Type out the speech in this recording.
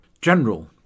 General